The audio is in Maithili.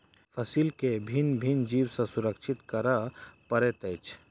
फसील के भिन्न भिन्न जीव सॅ सुरक्षित करअ पड़ैत अछि